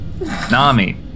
Nami